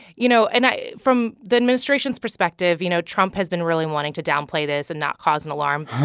you know, and i from the administration's perspective, you know, trump has been really wanting to downplay this and not cause an alarm.